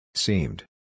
Seemed